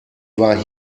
war